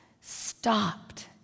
stopped